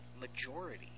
majority